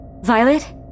Violet